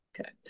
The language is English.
Okay